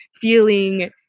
feeling